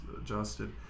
adjusted